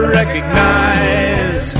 recognize